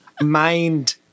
Mind